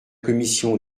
commission